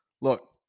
Look